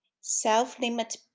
Self-limit